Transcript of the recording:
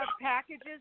packages